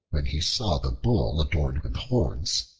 when he saw the bull adorned with horns,